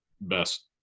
best